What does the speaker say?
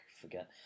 forget